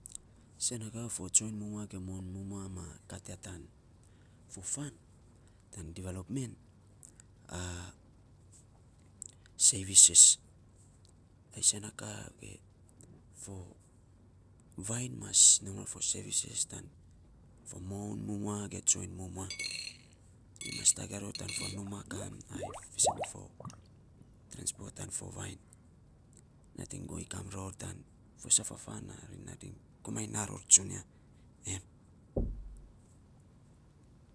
Sen na ka, fo tsoiny mumua ge moun mumua ma kat ya tan fo fan, tan developmen sevises, a sen na ka ge fo vainy mas nom ror fo sevises tan fo moun mumua ge tsoiny mumua ri mas tagaa ror tan fo numaa kan ai fiisen fo trenspot ai fo vainy ri nating go ikam ror tan fo saf a fo fan na nating komainy naa ro tsunia em.